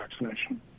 vaccination